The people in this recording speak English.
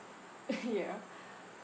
ya